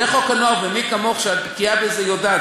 זה חוק הנוער, ומי כמוך, שאת בקיאה בזה, יודעת.